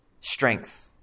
strength